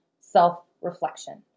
self-reflection